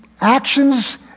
actions